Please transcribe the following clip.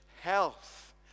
health